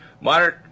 Moderate